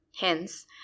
Hence